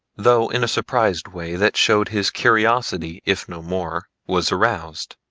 though in a surprised way that showed his curiosity if no more was aroused.